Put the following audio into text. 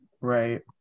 right